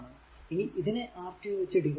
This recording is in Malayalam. ഇനി ഇതിനെ R 2 വെച്ച് ഡിവൈഡ് ചെയ്യുക